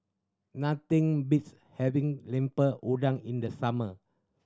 nothing beats having Lemper Udang in the summer